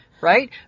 right